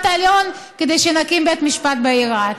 העליון כדי שנקים בית משפט בעיר רהט.